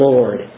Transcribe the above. Lord